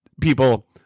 people